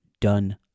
done